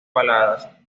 baladas